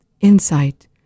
Insight